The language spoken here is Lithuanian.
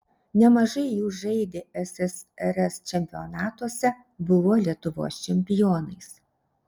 nemažai jų žaidė ssrs čempionatuose buvo lietuvos čempionais